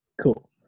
Cool